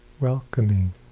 Welcoming